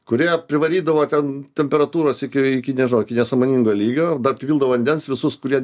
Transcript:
kurie privarydavo ten temperatūros iki iki nežinau iki nesąmoningo lygio dar pripildo vandens visus kurie